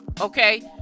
okay